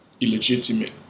illegitimate